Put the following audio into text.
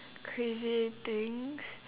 crazy things